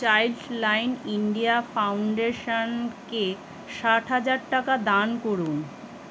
child line India ফাউন্ডেশনকে ষাট হাজার টাকা দান করুন